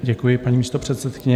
Děkuji, paní místopředsedkyně.